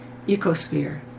ecosphere